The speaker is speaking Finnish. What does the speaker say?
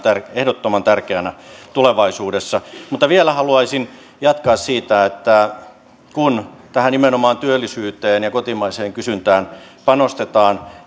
ehdottoman tärkeänä tulevaisuudessa mutta vielä haluaisin jatkaa siitä kun nimenomaan työllisyyteen ja kotimaiseen kysyntään panostetaan